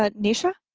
ah nisha